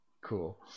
Cool